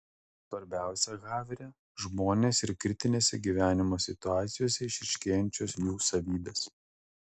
svarbiausia havre žmonės ir kritinėse gyvenimo situacijose išryškėjančios jų savybės